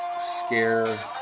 scare